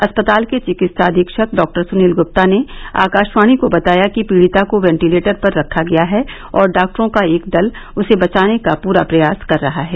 अस्पताल के चिकित्सा अधीक्षक डॉ सुनील गुप्ता ने आकाशवाणी को बताया कि पीड़िता को वेंटीलेटर पर रखा गया है और डॉक्टरों का एक दल उसे बचाने का पुरा प्रयास कर रहा है